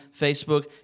Facebook